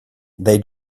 they